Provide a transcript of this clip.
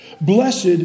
Blessed